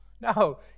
no